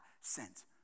sent